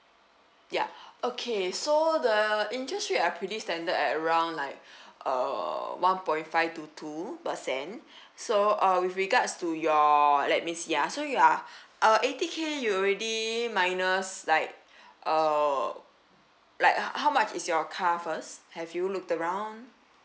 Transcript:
ya okay so the interest rate are pretty standard at around like uh one point five to two percent so uh with regards to your let me see ah so you are uh eighty K you already minus like uh like ho~ how much is your car first have you looked around